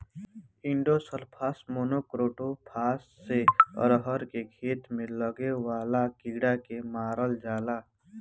endosulfan, monocrotophos से अरहर के खेत में लागे वाला कीड़ा के मारल जाला